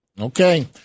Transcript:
Okay